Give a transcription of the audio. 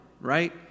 right